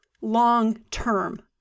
long-term